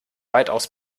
weitaus